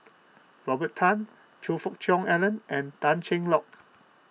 Robert Tan Choe Fook Cheong Alan and Tan Cheng Lock